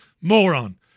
Moron